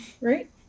right